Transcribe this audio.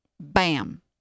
Bam